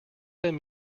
send